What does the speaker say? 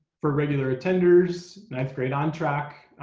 for regular attenders, ninth grade on track.